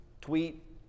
tweet